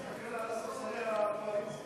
תסתכל על ספסלי הקואליציה.